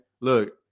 look